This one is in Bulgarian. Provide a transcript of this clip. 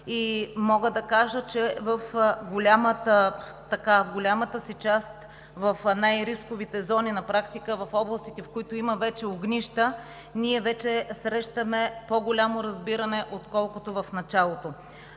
Мога да кажа, че в голямата си част в най-рисковите зони – на практика в областите, в които има вече огнища, вече срещаме по-голямо разбиране, отколкото в началото.